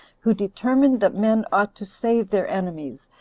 who determined that men ought to save their enemies,